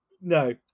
no